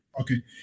Okay